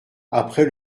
après